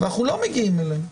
ואנחנו לא מגיעים אליהם.